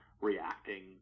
reacting